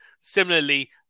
Similarly